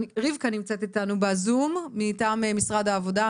רבקה נמצאת איתנו בזום מטעם משרד העבודה,